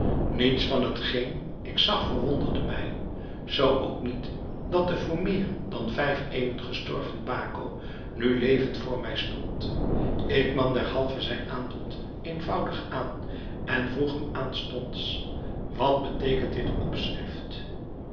niets van hetgeen ik zag verwonderde mij zoo ook niet dat de voor meer dan vijf eeuwen gestorven baco nu levend voor mij stond ik nam derhalve zijn aanbod eenvoudig aan en vroeg hem aanstonds wat beteekent dit opschrift